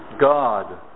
God